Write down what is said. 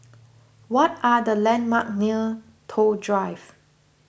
what are the landmarks near Toh Drive